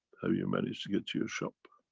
have you managed to get to your shop?